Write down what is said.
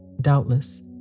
Doubtless